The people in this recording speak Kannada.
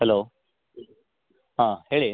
ಹಲೋ ಹಾಂ ಹೇಳಿ